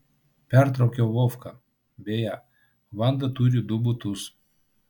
pertraukiau vovką beje vanda turi du butus